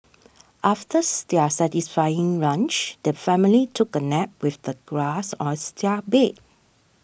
after their satisfying lunch the family took a nap with the grass as their bed